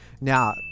Now